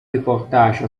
reportage